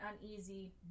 uneasy